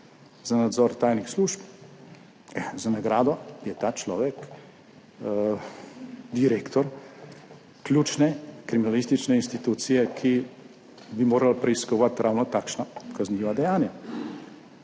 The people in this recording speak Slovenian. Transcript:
za nadzor tajnih služb. Za nagrado je ta človek direktor ključne kriminalistične institucije, ki bi morala preiskovati ravno takšna kazniva dejanja.